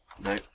no